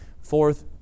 Fourth